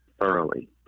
thoroughly